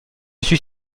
suis